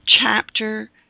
chapter